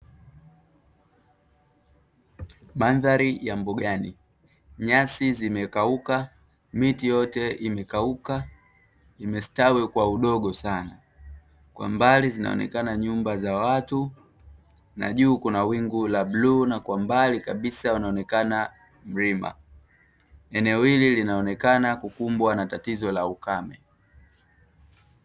Mandhari ya Mbugani. Nyasi zimekauka, miti yote imekauka. Imestawi kwa udogo sana. Kwa mbali zinaonekana nyumba za watu na juu kuna wingu la bluu na kwa mbali kabisa unaonekana mlima. Eneo hili linaonekana kukumbwa na tatizo la ukame.